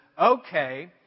okay